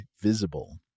Visible